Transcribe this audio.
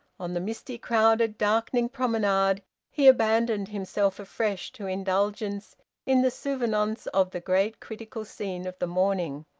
on the misty, crowded, darkening promenade he abandoned himself afresh to indulgence in the souvenance of the great critical scene of the morning.